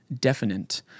definite